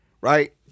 Right